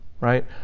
Right